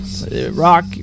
Rock